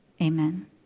Amen